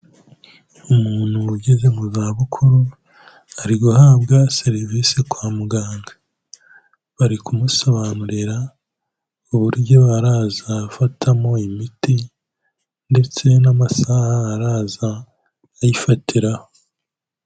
Umuntu ugeze mu za bukuru ari guhabwa serivisi kwa muganga. Bari kumusobanurira uburyo arazajya afatamo imiti ndetse n'amasa azajya ayifatiraho.